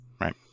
Right